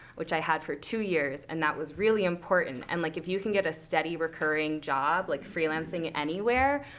which i had for two years. and that was really an important. and, like, if you can get a steady, recurring job like freelancing anywhere,